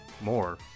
More